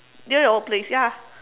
near your workplace ya